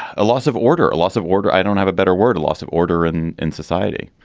a loss of order or loss of order. i don't have a better word, a loss of order in in society.